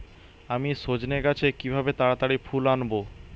আমি সজনে গাছে কিভাবে তাড়াতাড়ি ফুল আনব?